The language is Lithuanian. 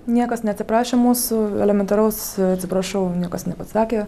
niekas neatsiprašė mūsų elementaraus atsiprašau niekas nepasakė